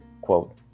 quote